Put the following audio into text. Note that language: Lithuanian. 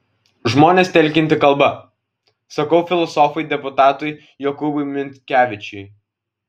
žmones telkianti kalba sakau filosofui deputatui jokūbui minkevičiui